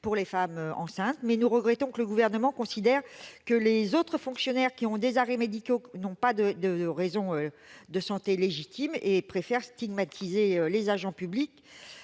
pour les femmes enceintes. Mais nous regrettons que le Gouvernement considère que les autres fonctionnaires ayant des arrêts maladie n'ont pas de motifs de santé légitimes et préfère ainsi stigmatiser les agents publics.